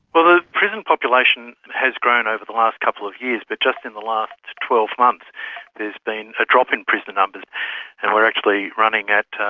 well, the prison population has grown over the last couple of years, but just in the last twelve months there has been a drop in prisoner numbers and we are actually running at